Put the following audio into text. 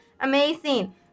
Amazing